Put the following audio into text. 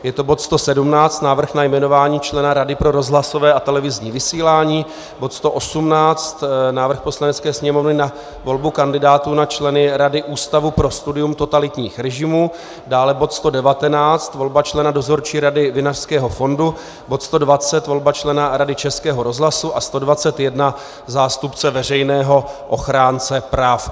Je to bod 117 Návrh na jmenování člena Rady pro rozhlasové a televizní vysílání, bod 118 Návrh Poslanecké sněmovny na volbu kandidátů na členy Rady Ústavu pro studium totalitních režimů, dále bod 119 Návrh na volbu člena Dozorčí rady Vinařského fondu, bod 120 Návrh na volbu člena Rady Českého rozhlasu a 121 zástupce Veřejného ochránce práv.